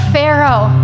Pharaoh